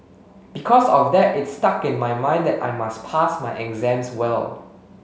because of that it stuck in my mind and I must pass my exams well